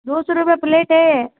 दो सौ रुपए प्लेट है